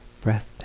breath